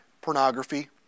pornography